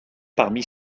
parmi